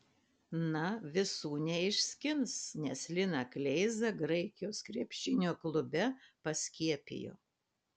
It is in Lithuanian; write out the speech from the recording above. na visų neišskins nes liną kleizą graikijos krepšinio klube paskiepijo